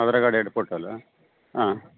ಆಧಾರ card ಎರಡು photo ಅಲ್ಲಾ ಹಾಂ